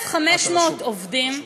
1,500 עובדים,